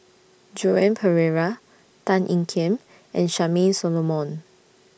Joan Pereira Tan Ean Kiam and Charmaine Solomon